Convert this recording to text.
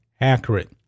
accurate